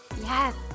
Yes